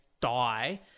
die